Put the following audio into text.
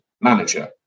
manager